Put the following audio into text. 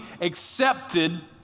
accepted